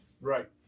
Right